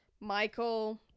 Michael